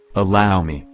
allow me,